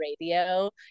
radio